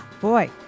Boy